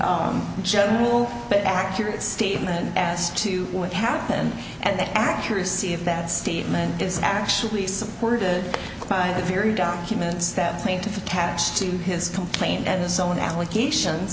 the general but accurate statement as to what happened and the accuracy of that statement is actually supported by the very documents that plaintiff attached to his complaint and the so on allegations